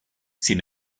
sin